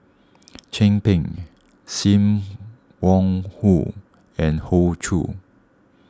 Chin Peng Sim Wong Hoo and Hoey Choo